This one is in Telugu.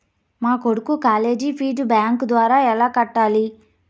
మా కొడుకు కాలేజీ ఫీజు బ్యాంకు ద్వారా ఎలా కట్టాలి?